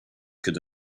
could